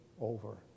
over